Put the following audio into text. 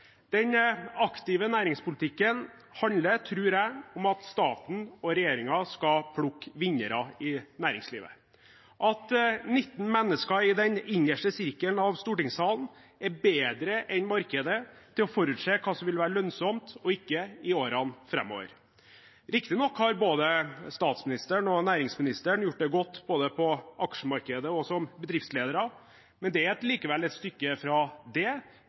Den aktive næringspolitikken handler, tror jeg, om at staten og regjeringen skal plukke vinnere i næringslivet – at 19 mennesker i den innerste sirkelen av stortingssalen er bedre enn markedet til å forutse hva som vil være lønnsomt og ikke i årene framover. Riktignok har både statsministeren og næringsministeren gjort det godt både på aksjemarkedet og som bedriftsledere, men det er likevel et stykke fra det